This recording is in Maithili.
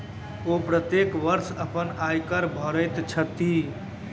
ओ प्रत्येक वर्ष अपन आय कर भरैत छथि